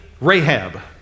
Rahab